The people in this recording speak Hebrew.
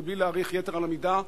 בלי להאריך יתר על המידה,